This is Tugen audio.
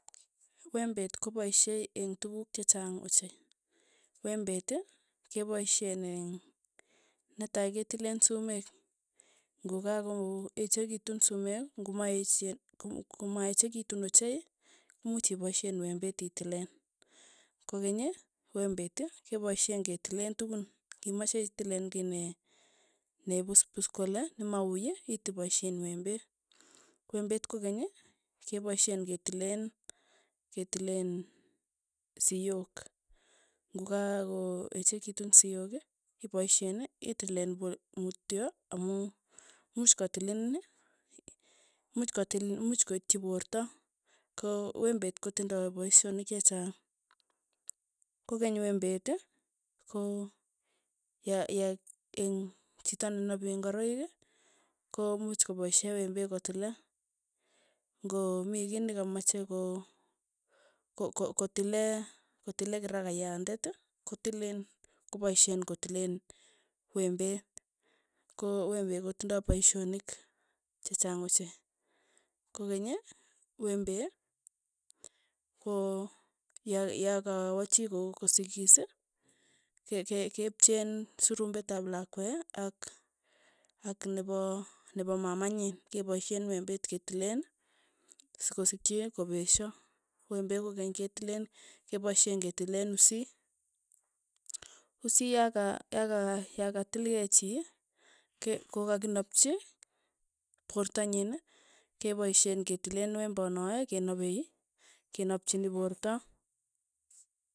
Wembet kopishe eng' yukuk chechang ochei. wembet kopaishe eng', netai ketileen sumeek, ngokakoechekitu sumek, ngomaechen kokomaechekitu ochei, much ipaishen wembet itileen. kokeny, wembet kepaishen kelileen tukun, ng'imanye iteleen kei, ne puspus kole, ni mauu, ipaisheen wembet, wembet kokeny, kepaishen ketileen ketileen siyok, ng'okakoechekitu siyok, ipaisheen itilileen po mutyo amu muuch kotilin, much koitchi porto, ko wembet kotindoi paishonik chechang. kokeny wembet, ko ya- ya eng chito ne nape ngoroik. ko muuch kopaishe wembet kotile, ng'o mi kei nekamache ko, ko kotilee kotilee kirakayandet. kotileen kopaishen kotilen wembet, ko wembet kotindai paishonik chechang ochei, kokeny, wembet ko ya ya kawachi chii ko kosikis, ke ke kepcheen surumbet ap lakwe ak ak nepa mamanyi kepaishen wembet ketileen sikoskchi kopeshe, wembet kokeny ketileen kepaishen ketilen usit, usi ya ka ya ka tilkei chi ke kokakinapchi. porto nyiin, kepsihen ketileen wembonoe, kenapei, kenapchini poorto.